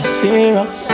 serious